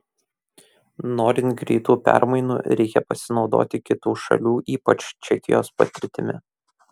norint greitų permainų reikia pasinaudoti kitų šalių ypač čekijos patirtimi